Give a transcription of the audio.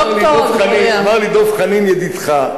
אמר לי דב חנין ידידך,